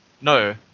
no